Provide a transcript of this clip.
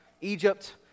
Egypt